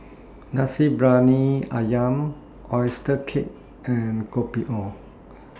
Nasi Briyani Ayam Oyster Cake and Kopi O